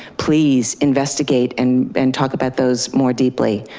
please investigate and and talk about those more deeply.